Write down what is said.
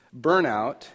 burnout